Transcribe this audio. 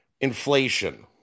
Inflation